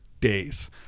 days